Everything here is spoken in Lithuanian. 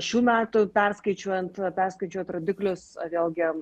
šių metų perskaičiuojant perskaičiuojant rodiklius vėlgi